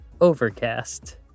Overcast